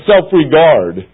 self-regard